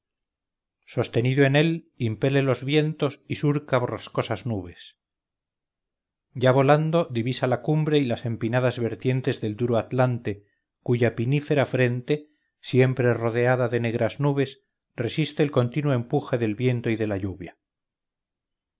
sostenido en él impele los vientos y surca borrascosas nubes ya volando divisa la cumbre y las empinadas vertientes del duro atlante cuya pinífera frente siempre rodeada de negras nubes resiste el continuo empuje del viento y de la lluvia